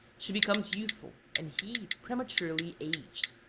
she becomes youthful, and he prematurely aged.